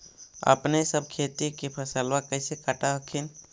अपने सब खेती के फसलबा कैसे काट हखिन?